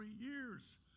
years